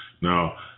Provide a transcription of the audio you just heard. Now